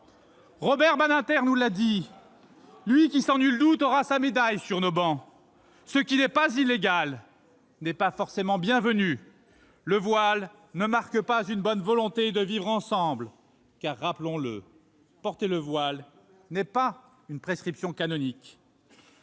Robert Badinter nous l'a dit, lui qui sans nul doute aura sa médaille sur nos travées :« Ce qui n'est pas illégal n'est pas forcément bienvenu. » Selon lui, le voile ne marque pas une « bonne volonté de vivre ensemble », étant rappelé que le port du voile n'est pas une prescription canonique.